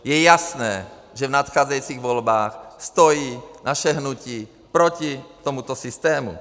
Je jasné, že v nadcházejících volbách stojí naše hnutí proti tomuto systému.